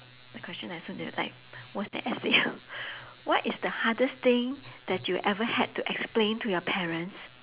the question worse than essay what is the hardest thing that you ever had to explain to your parents